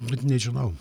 vat nežinau